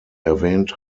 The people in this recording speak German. erwähnt